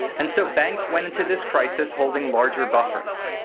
and so banks went into this crisis holding larger buffers,